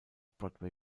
broadway